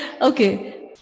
Okay